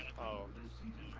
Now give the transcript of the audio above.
the season